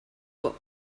were